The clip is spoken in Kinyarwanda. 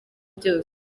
byose